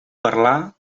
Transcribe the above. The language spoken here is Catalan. parlar